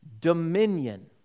dominion